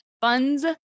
funds